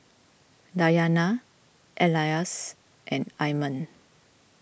Dayana Elyas and Iman